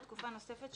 לתקופה נוספת,